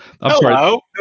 Hello